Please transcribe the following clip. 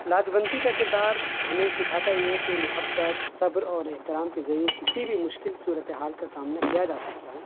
لاجونتی کا کردار ہمیں سکھاتا یہ ہے کہ محبت صبر اور احترام کے ذریعے کسی بھی مشکل صورت حال کا سامنا کیا جا سکتا ہے